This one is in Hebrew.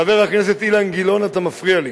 חבר הכנסת אילן גילאון, אתה מפריע לי